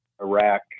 Iraq